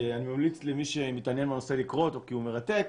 שאני ממליץ למי שמתעניין בנושא לקרוא אותו כי הוא מרתק,